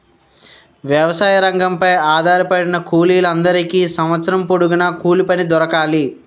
వ్యవసాయ రంగంపై ఆధారపడిన కూలీల అందరికీ సంవత్సరం పొడుగున కూలిపని దొరకాలి